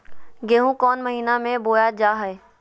गेहूँ कौन महीना में बोया जा हाय?